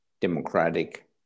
democratic